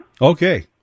okay